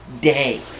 day